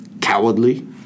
Cowardly